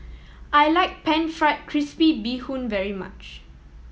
I like Pan Fried Crispy Bee Hoon very much